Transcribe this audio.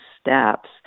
steps